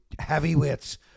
heavyweights